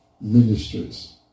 Ministries